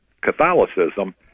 Catholicism